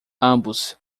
ambos